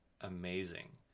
Amazing